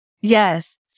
Yes